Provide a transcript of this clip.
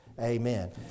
Amen